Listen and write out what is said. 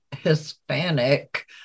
hispanic